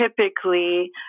typically